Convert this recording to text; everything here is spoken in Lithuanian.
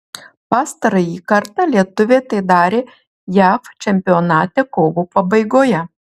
pastarąjį kartą lietuvė tai darė jav čempionate kovo pabaigoje